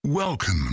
Welcome